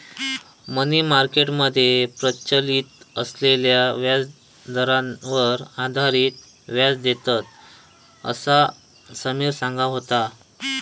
मनी market मध्ये प्रचलित असलेल्या व्याजदरांवर आधारित व्याज देतत, असा समिर सांगा होतो